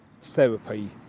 therapy